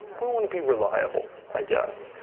we want to be reliable, i guess.